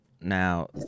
Now